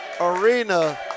arena